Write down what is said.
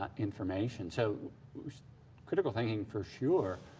ah information. so critical thinking for sure.